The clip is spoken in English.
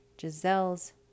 Giselle's